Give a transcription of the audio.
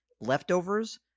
Leftovers